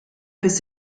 biss